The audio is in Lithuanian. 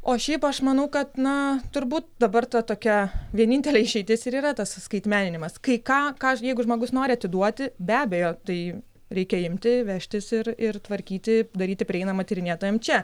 o šiaip aš manau kad na turbūt dabar ta tokia vienintelė išeitis ir yra tas skaitmeninimas kai ką ką jeigu žmogus nori atiduoti be abejo tai reikia imti vežtis ir ir tvarkyti daryti prieinamą tyrinėtojam čia